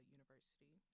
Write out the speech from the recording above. University